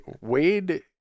Wade